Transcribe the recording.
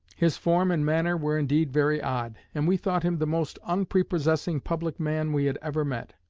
his form and manner were indeed very odd, and we thought him the most unprepossessing public man we had ever met.